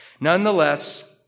Nonetheless